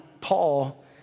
Paul